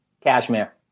cashmere